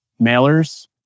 mailers